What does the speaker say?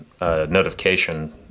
notification